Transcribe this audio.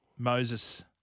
Moses